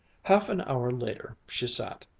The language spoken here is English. half an hour later, she sat,